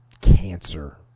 cancer